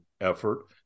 effort